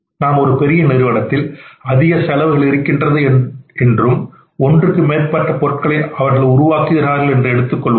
நாம் ஒரு பெரிய நிறுவனத்தில் அதிகமான செலவுகள் இருக்கின்றது என்றும் ஒன்றுக்கு மேற்பட்ட பொருட்களை உருவாக்குகிறார்கள் என்று எடுத்துக்கொள்வோம்